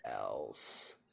else